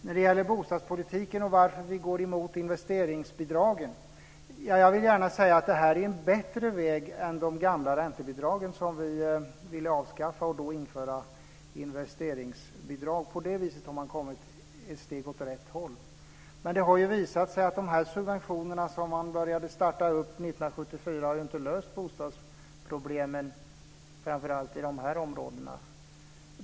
När det gäller bostadspolitiken och varför vi går emot investeringsbidragen, vill jag gärna säga att det här är en bättre väg än de gamla räntebidragen, som vi ville avskaffa och då införa investeringsbidrag. På det viset har man kommit ett steg åt rätt håll. Men det har visat sig att de subventioner som man startade med 1974 inte har löst bostadsproblemen, framför allt inte i de här områdena.